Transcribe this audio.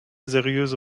seriöse